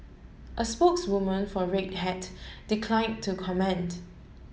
a spokeswoman for Red Hat declined to comment